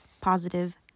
positive